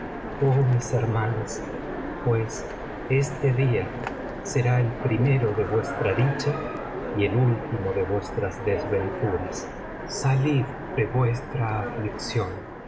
oh mis hermanas pues este día será el primero de vuestra dicha y el último de vuestras desventuras salid de vuestra aflicción